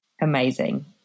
Amazing